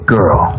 Girl